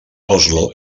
oslo